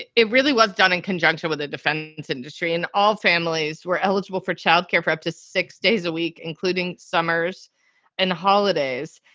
it it really was done in conjunction with the defense industry. and all families were eligible for child care for up to six days a week, including summers and holidays.